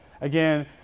Again